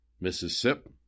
Mississippi